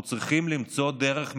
אנחנו צריכים למצוא דרך,